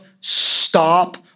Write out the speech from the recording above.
stop